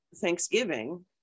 thanksgiving